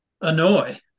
annoy